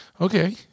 okay